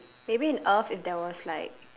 maybe in earth if there was like